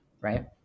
right